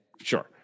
Sure